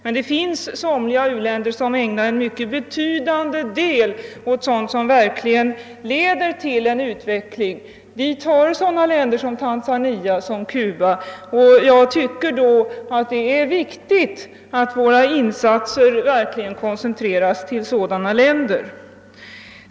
Men det finns somliga u-länder som ägnar en mycket betydande del åt sådant som verkligen leder till en utveckling. Vi har sådana länder som Tanzania, som Cuba och jag tycker då att det är viktigt att våra insatser verkligen koncentreras till sådana länder.